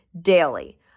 daily